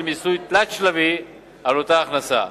של מיסוי תלת-שלבי על אותה ההכנסה,